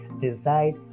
decide